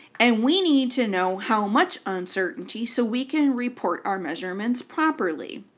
and we need to know how much uncertainty so we can report our measurements properly.